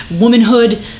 womanhood